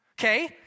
Okay